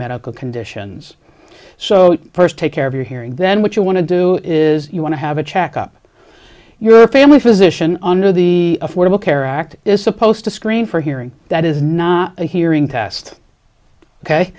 medical conditions so first take care of your hearing then what you want to do is you want to have a checkup your family physician under the affordable care act is supposed to screen for hearing that is not a hearing test ok